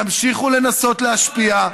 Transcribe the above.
תמשיכו לנסות להשפיע,